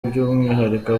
by’umwihariko